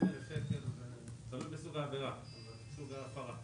80,000 ש"ח תלוי בסוג העבירה, בסוג ההפרה